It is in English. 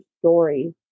story